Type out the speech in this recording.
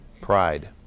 pride